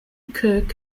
kirk